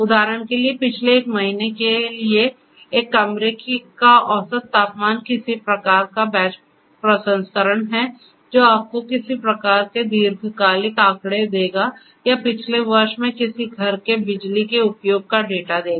उदाहरण के लिए पिछले एक महीने के लिए एक कमरे का औसत तापमान किसी प्रकार का बैच प्रसंस्करण है जो आपको किसी प्रकार के दीर्घकालिक आंकड़े देगा या पिछले वर्ष में किसी घर के बिजली के उपयोग का डाटा देगा